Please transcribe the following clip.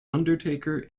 undertaker